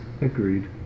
Agreed